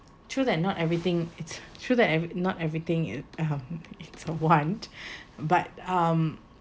true that not everything it's true that not everything is um it's a want but um